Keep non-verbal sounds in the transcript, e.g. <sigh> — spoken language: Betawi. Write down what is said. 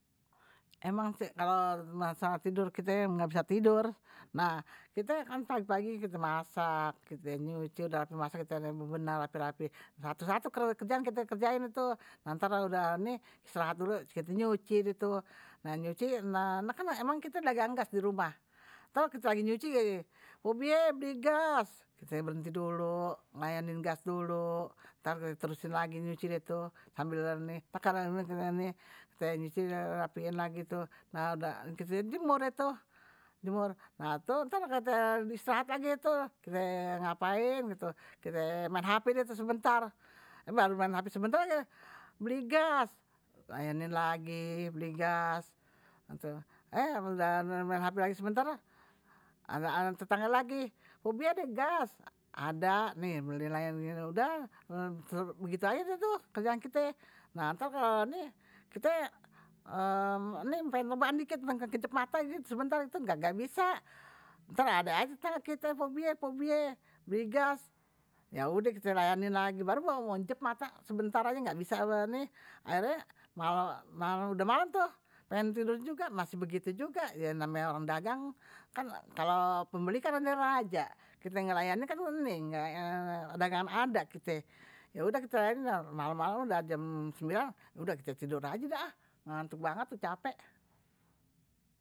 Emang sih kalo masalah tidur kite ga bisa tidur, nah kite kan pagi pagi kite masak, kite nyuci, udah rapi masak kite bebenah rapi rapi. satu satu kerjaan kite kerjain tuh. nah ntar kalo udah ini istirahat dulu kite nyuci deh tuh, nah nyuci, nah emang kite dagang gas dirumah. kalo kite lagi nyuci aje deh, pok biye beli gas, kite berhenti dulu, ngelayanin gas dulu, ntar kite terusin lagi nyuci deh tuh sambil ni, <hesitation> kite nyuci rapiin udah gitu kite jemur. nah tuh kite <hesitation> istirahat lagi deh tuh kite ngapain, kite maen hape sebentar eh baru maen hape sebentar beli gas. ngelayanin lagi beli gas. eh udah maen hape lagi sebentar ada tetangga lagi pok biye ada gas, ada nih ngelayanin lagi, udah begitu aje deh tuh kerjaan kite, nah ntar kite <hesitation> pengen rebahan dikit pengen ngejepin mata sebentar kagak bisa. ntar ade aje tetangga kite, pok biye pok biye, beli gas. ya udeh kite layanin lagi baru banget ngejep mata sebentar aje ga bisa nih, akhirnye kalo udah malem tuh pengen tidur juga ye begitu juga namanye orang dagang, kan kalo pembeli raja. kite ga layanin nih kan dagangan ada kite, ya udah kite layanin malem malem kite udah jam sembilan, udah kite tidur aje dah ah ngantuk capek.